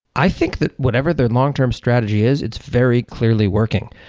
i think that whatever their long-term strategy is, it's very clearly working.